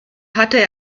hatte